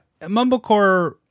Mumblecore